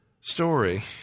story